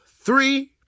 three